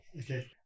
Okay